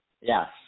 Yes